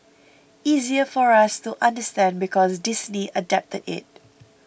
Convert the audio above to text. easier for us to understand because Disney adapted it